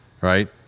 Right